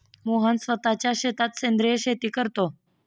मोहन स्वतःच्या शेतात सेंद्रिय शेती करतो